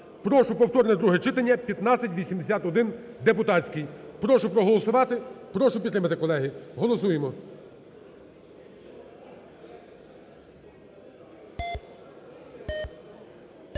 Прошу, повторне друге читання, 1581 (депутатський). Прошу проголосувати, прошу підтримати колеги. Голосуємо.